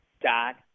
dot